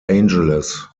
angeles